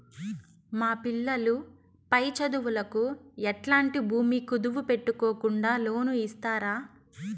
మా పిల్లలు పై చదువులకు ఎట్లాంటి భూమి కుదువు పెట్టుకోకుండా లోను ఇస్తారా